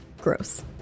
Gross